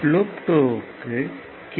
loop 2 க்கு K